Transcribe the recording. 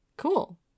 cool